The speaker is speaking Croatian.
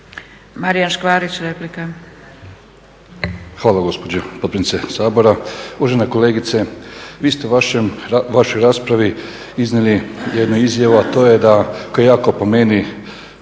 Marijan (HNS)** Hvala gospođo potpredsjednice Sabora. Uvažena kolegice, vi ste u vašoj raspravi iznijeli jednu izjavu, a to je da, koja je jako po meni